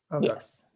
yes